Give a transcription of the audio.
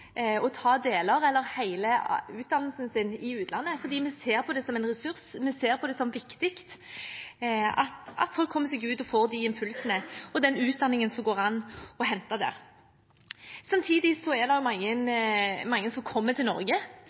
ta hele eller deler av utdannelsen sin i utlandet. Vi ser på det som en ressurs, vi ser på det som viktig at folk kommer seg ut og får de impulsene og den utdanningen som det går an å hente der. Samtidig er det mange som kommer til Norge